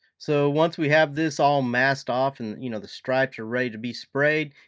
so once we have this all masked off and you know the stripes are ready to be sprayed,